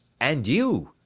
and you,